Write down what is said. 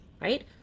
right